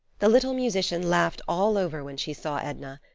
the little musician laughed all over when she saw edna.